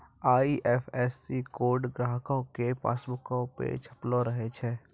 IFSC code ग्राहको के पासबुको पे छपलो रहै छै